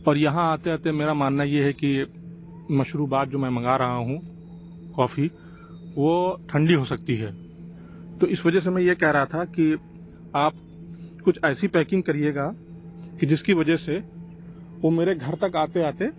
اور یہاں آتے آتے میرا ماننا یہ ہے کہ مشروبات جو میں منگا رہا ہوں کافی وہ ٹھنڈی ہو سکتی ہے تو اِس وجہ سے میں یہ کہہ رہا تھا کہ آپ کچھ ایسی پیکنگ کریے گا کہ جس کی وجہ سے وہ میرے گھر تک آتے آتے